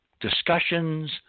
discussions